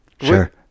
Sure